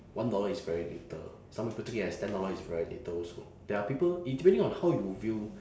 one dollar is very little some people take it as ten dollar is very little also there are people it depending on how you view